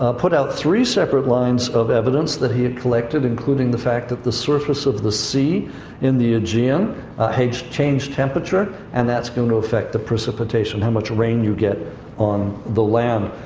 ah put out three separate lines of evidence that he had collected, including the fact that the surface of the sea in the aegean ah changed temperature, and that's going to affect the precipitation, how much rain you get on the land.